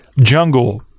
jungle